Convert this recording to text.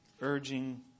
Urging